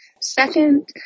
Second